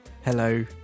hello